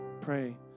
Pray